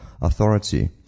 authority